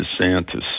DeSantis